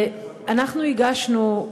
אנחנו הגשנו,